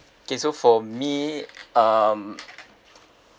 okay so for me um